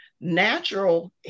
Natural